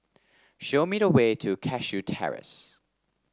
show me the way to Cashew Terrace